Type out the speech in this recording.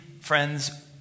friends